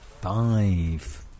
Five